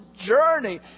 journey